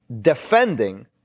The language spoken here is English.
Defending